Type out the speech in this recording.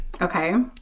okay